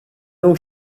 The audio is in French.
donc